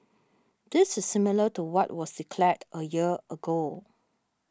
this is similar to what was declared a year ago